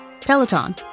Peloton